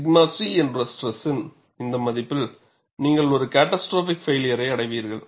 𝛔 c என்ற ஸ்ட்ரெஸ்த்தின் இந்த மதிப்பில் நீங்கள் ஒரு கேட்டாஸ்ட்ரோபிக் பைளியர்அடைவீர்கள்